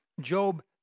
Job